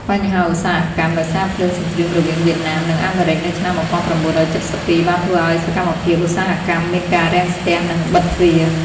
បញ្ហាឧស្សាហកម្ម ដោយសារភ្លើងសង្រ្គាមរវាងវៀតណាម និងអាមេរិកនៅឆ្នាំ ១៩៧២ បានធ្វើឲ្យសកម្មភាពឧស្សាហកម្មមានការរាំស្ទះ និងបិតទ្វារ។